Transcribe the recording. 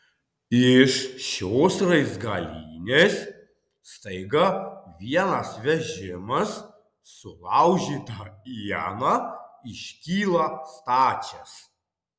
iš šios raizgalynės staiga vienas vežimas sulaužyta iena iškyla stačias